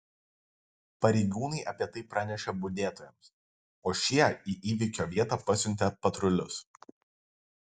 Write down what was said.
pareigūnai apie tai pranešė budėtojams o šie į įvykio vietą pasiuntė patrulius